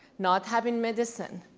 not having medicine,